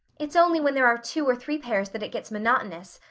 it's only when there are two or three pairs that it gets monotonous.